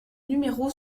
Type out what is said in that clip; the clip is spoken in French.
numéro